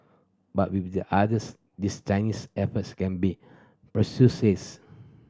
but with the others these Chinese efforts can be